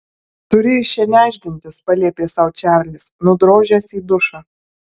turi iš čia nešdintis paliepė sau čarlis nudrožęs į dušą